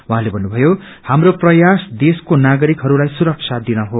उहाँले भन्नुभयो हाम्रो प्रयास देश्को नागरिकहरूलाई सुरक्षा दिन हो